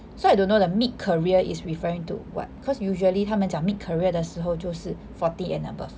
so I don't know the mid career is referring to what cause usually 他们讲 mid career 的时候就是 forty and above